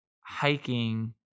hiking